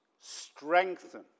Strengthen